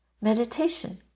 Meditation